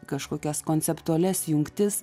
kažkokias konceptualias jungtis